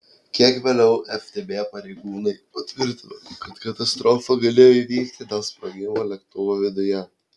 kiek vėliau ftb pareigūnai patvirtino kad katastrofa galėjo įvykti dėl sprogimo lėktuvo viduje